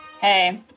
Hey